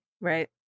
Right